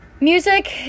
Music